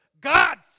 God's